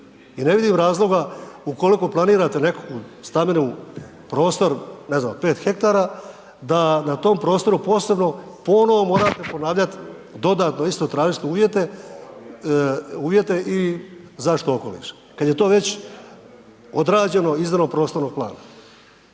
I ne vidim razloga ukoliko planirate neki stambeni prostor od 5 hektara da na tom prostoru posebno ponovno morate ponavljati dodatno isto tražiti uvjete i zaštitu okoliša kad je to već odrađeno izradom prostornog plana.